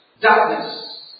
darkness